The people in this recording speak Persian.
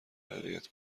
هدایت